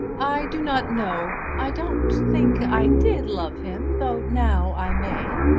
i do not know. i don't think i did love him though now i may.